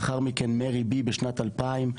לאחר מכן מרי B בשנת 2000,